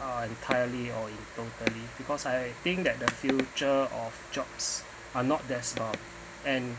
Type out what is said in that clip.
uh entirely or you totally because I think that the future of jobs are not desk-bound and